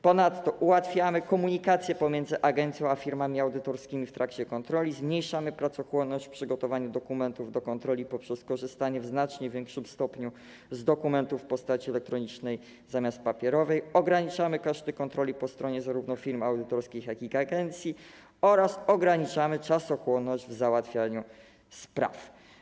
Ponadto ułatwiamy komunikację pomiędzy agencją a firmami audytorskimi w trakcie kontroli, zmniejszamy pracochłonność w przygotowaniu dokumentów do kontroli poprzez korzystanie w znacznie większym stopniu z dokumentów w postaci elektronicznej zamiast papierowej, ograniczamy koszty kontroli po stronie zarówno firm audytorskich, jak i agencji oraz ograniczamy czasochłonność w załatwianiu spraw.